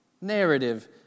narrative